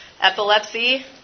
epilepsy